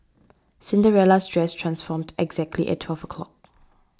Cinderella's dress transformed exactly at twelve o' clock